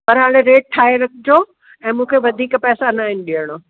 पर हाणे रेट ठाहे रखिजो ऐं मूंखे वधीक पैसा न आहिनि ॾियणा